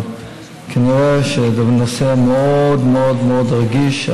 אבל כנראה זה נושא מאוד מאוד מאוד רגיש.